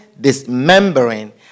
dismembering